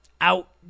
out